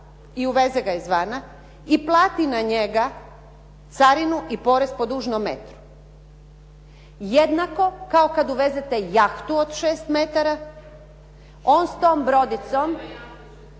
i uveze ga izvana i plati na njega carinu i porez po dužnom metru jednako kao kad uvezete jahtu od 6 metara. On s tom brodicom.